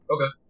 Okay